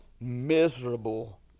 miserable